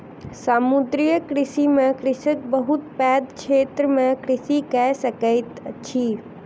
समुद्रीय कृषि में कृषक बहुत पैघ क्षेत्र में कृषि कय सकैत अछि